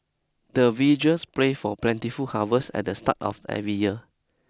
the villagers pray for plentiful harvest at the start of every year